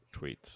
tweets